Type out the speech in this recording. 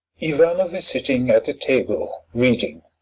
ivanoff is sitting at a table reading.